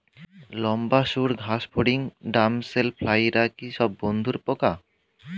লম্বা সুড় ঘাসফড়িং ড্যামসেল ফ্লাইরা কি সব বন্ধুর পোকা?